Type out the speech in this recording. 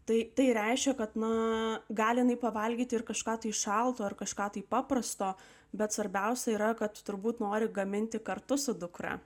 tai reiškia kad nuo gali pavalgyti ir kažką iš šalto ar kažką taip paprasto bet svarbiausia yra kad turbūt nori gaminti kartu su dukra